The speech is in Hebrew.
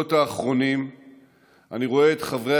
שבשבועות האחרונים אני רואה את חברי